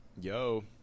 Yo